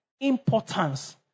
importance